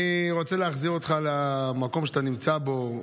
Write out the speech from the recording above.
אני רוצה להחזיר אותך למקום שאתה נמצא בו,